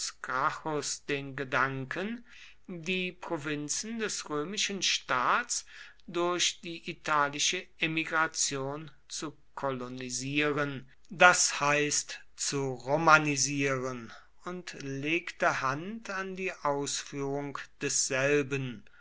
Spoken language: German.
den gedanken die provinzen des römischen staats durch die italische emigration zu kolonisieren das heißt zu romanisieren und legte hand an die ausführung desselben